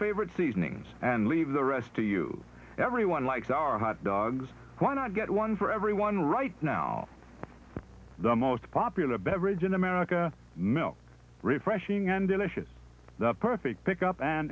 favorite seasonings and leave the rest to you everyone likes our hot dogs why not get one for everyone right now the most popular beverage in america milk refreshing and delicious the perfect pick up an